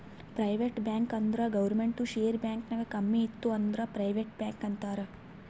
private bank ಅಂದುರ್ ಗೌರ್ಮೆಂಟ್ದು share bank ನಾಗ್ ಕಮ್ಮಿ ಇತ್ತು ಅಂದುರ್ ಪ್ರೈವೇಟ್ ಬ್ಯಾಂಕ್ ಅಂತಾರ್